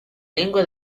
lingue